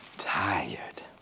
tired,